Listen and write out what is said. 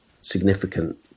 significant